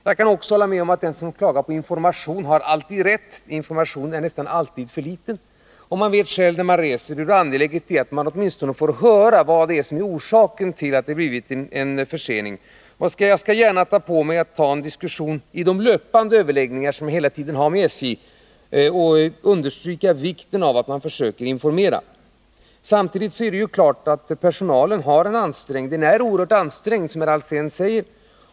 Jag kan också hålla med om att den som klagar på information alltid har rätt. Informationen är nästan alltid för dålig. Man vet själv när man reser hur angeläget det är att åtminstone få höra vad det är som är orsaken till att det blivit en försening. Jag skall gärna ta på mig att i de löpande överläggningar som jag hela tiden har med SJ understryka vikten av att man försöker informera. Samtidigt är det klart att personalen är oerhört ansträngd, som herr Alsén säger.